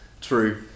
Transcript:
True